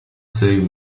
syed